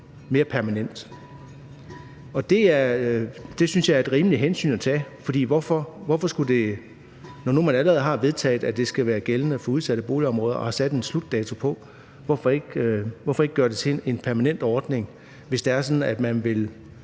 boligområder. Det synes jeg er et rimeligt hensyn at tage. Når nu man allerede har vedtaget, at det skal være gældende for udsatte boligområder, og har sat en slutdato på, hvorfor så ikke gøre det til en permanent ordning, hvis det er sådan, at man vil